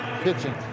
pitching